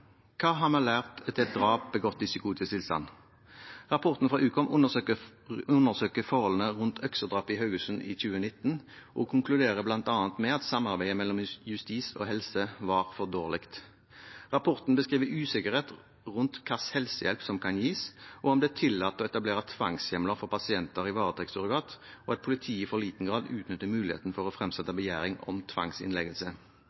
hva vi har lært etter et drap begått i psykotisk tilstand. Rapporten fra Ukom undersøker forholdene rundt øksedrapet i Haugesund i 2019 og konkluderer bl.a. med at samarbeidet mellom justis og helse var for dårlig. Rapporten beskriver usikkerhet rundt hvilken helsehjelp som kan gis, og om det er tillatt å etablere tvangshjemler for pasienter i varetektssurrogat, og at politiet i for liten grad utnytter muligheten til å fremsette